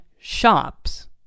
shops